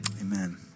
Amen